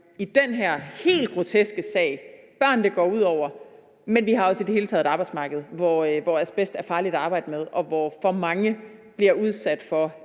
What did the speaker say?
i den her helt groteske sag børn, det går ud over. Men vi har også i det hele taget et arbejdsmarked, hvor asbest er farligt at arbejde med, og hvor for mange bliver udsat for